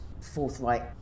forthright